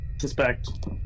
suspect